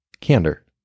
Candor